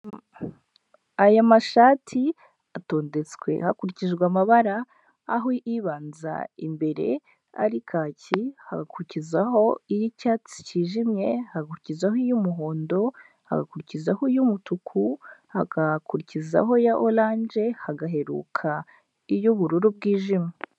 Aya mashati atondetswe hakurikijwe amabara, aho ibanza imbere ari kaki, hagakurizaho iy'icyatsi kijimye, hagakurizaho iy'umuhondo, hagakurizaho iy'umutuku, hagakurizaho iya oranje hagaheruka iy'ubururu bwijimye.